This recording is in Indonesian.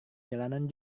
jalanan